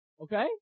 Okay